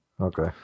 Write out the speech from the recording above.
Okay